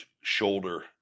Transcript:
shoulder